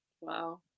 Wow